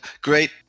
Great